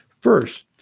First